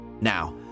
Now